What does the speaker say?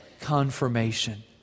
confirmation